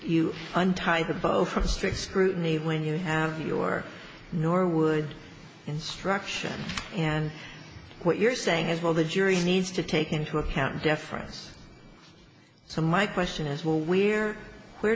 from strict scrutiny when you have your norwood instruction and what you're saying as well the jury needs to take into account deference so my question is will we where